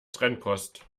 trennkost